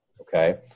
okay